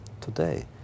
today